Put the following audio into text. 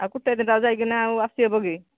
ଆଉ ଗୁଟେ ଦିନ ଯାଇକିନା ଆସି ହେବ କି